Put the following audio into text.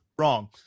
wrong